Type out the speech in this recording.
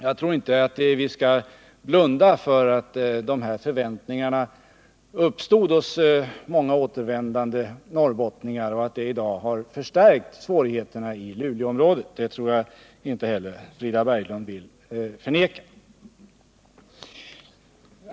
Jag tror inte att vi skall blunda för att de här förväntningarna som uppstod hos många återvändande norrbottningar i dag har förstärkt svårigheterna i Luleåområdet. Det tror jag inte heller Frida Berglund vill förneka.